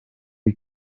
die